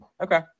Okay